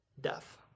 death